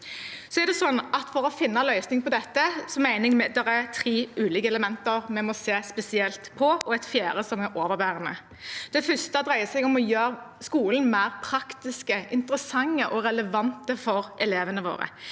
For å finne en løsning på dette mener jeg det er tre ulike elementer vi må se spesielt på, og et fjerde som er overordnet. Det første dreier seg om å gjøre skolen mer praktisk, interessant og relevant for elevene våre.